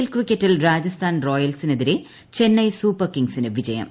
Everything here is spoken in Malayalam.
എൽ ക്രിക്കറ്റിൽ രാജസ്ഥാൻ റോയൽസിനെതിരെ ചെന്നൈ കിംഗ്സിന് വിജയം